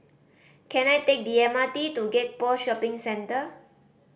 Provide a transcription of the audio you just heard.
can I take the M R T to Gek Poh Shopping Centre